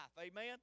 Amen